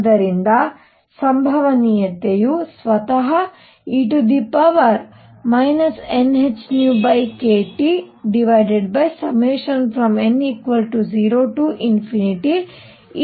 ಆದ್ದರಿಂದ ಸಂಭವನೀಯತೆಯು ಸ್ವತಃ e nhνkTn0e nhνkT ಆಗಿರುತ್ತದೆ